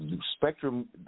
Spectrum